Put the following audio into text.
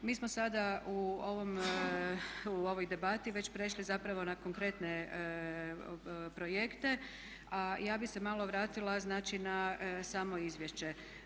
Mi smo sada u ovoj debati već prešli zapravo na konkretne projekte a ja bi se malo vratila znači na samo izvješće.